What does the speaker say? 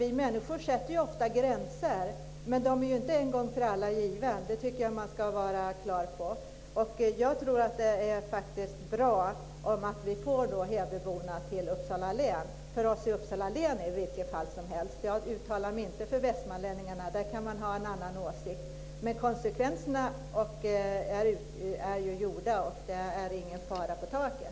Vi människor sätter ofta gränser, men man ska vara klar över att de inte är en gång för alla givna. Jag tror faktiskt att det är bra att vi får hebyborna till Uppsala län. För oss i Uppsala län är det i vilket fall som helst klart - jag uttalar mig inte för västmanlänningarna; de kan ha en annan åsikt. Konsekvenserna är utdragna, och det är ingen fara på taket.